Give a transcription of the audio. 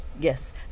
Yes